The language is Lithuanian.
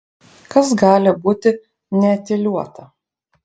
kas gali būti neetiliuota